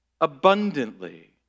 abundantly